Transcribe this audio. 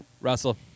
Russell